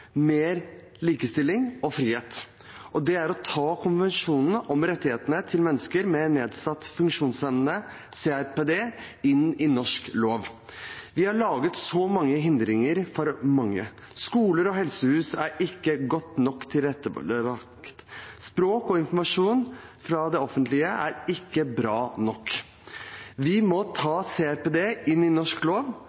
mer likestilling og frihet, og det er å ta konvensjonen om rettighetene til mennesker med nedsatt funksjonsevne, CRPD, inn i norsk lov. Vi har laget så mange hindringer for mange. Skoler og helsehus er ikke godt nok tilrettelagt. Språk og informasjon fra det offentlige er ikke bra nok. Vi må ta